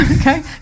Okay